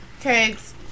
cakes